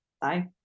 bye